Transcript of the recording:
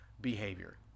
behavior